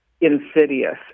insidious